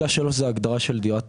פסקה 3 זו ההגדרה של דירת